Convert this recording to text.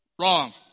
wrong